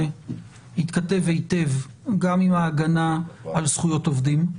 יתכתב היטב גם עם ההגנה על זכויות עובדים.